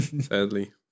Sadly